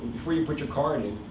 before you put your card in,